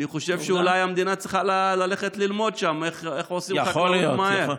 אני חושב שאולי המדינה צריכה ללכת ללמוד שם איך עושים חקלאות מהר.